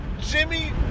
Jimmy